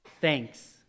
thanks